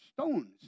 stones